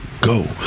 go